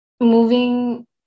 Moving